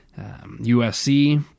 USC